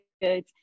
good